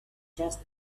just